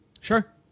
Sure